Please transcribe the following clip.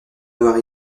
avoir